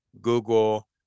Google